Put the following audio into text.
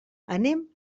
anem